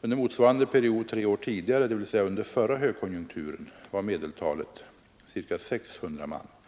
Under motsvarande period tre år tidigare — dvs. under förra högkonjunkturen — var medeltalet ca 600 man.